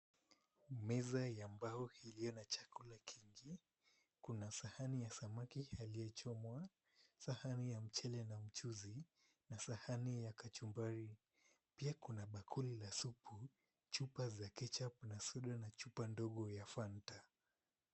Meza ya mbao iliyo na chakula kingi. Kuna sahani ya samaki aliyechomwa, sahani ya mchele na mchuzi na sahani ya kachumbari. Pia kuna bakuli la supu, chupa za ketchup na soda na chupa ndogo ya fanta.